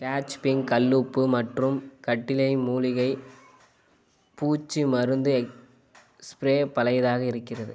catch pink கல் உப்பு மற்றும் கட்டிலை மூலிகை பூச்சி மருந்து ஸ்ப்ரே பழையதாக இருக்கிறது